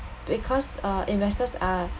because uh investors are